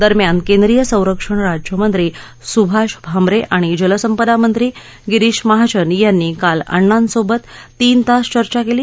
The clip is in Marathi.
दरम्यान केंद्रीय संरक्षण राज्यमंत्री सुभाष भामरे आणि जलसंपदा मंत्री गिरीश महाजन यांनी काल अण्णांसोबत तीन तास चर्चा केली